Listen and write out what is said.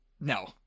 No